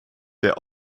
der